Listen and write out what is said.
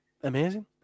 amazing